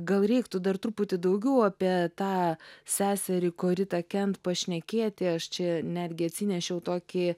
gal reiktų dar truputį daugiau apie tą seserį koritą kent pašnekėti aš čia netgi atsinešiau tokį